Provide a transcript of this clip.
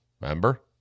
Remember